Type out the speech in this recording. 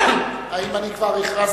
האם אני כבר הכרזתי?